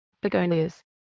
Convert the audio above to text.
begonias